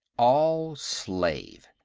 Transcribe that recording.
all slave.